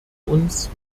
uns